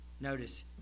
Notice